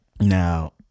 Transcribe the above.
Now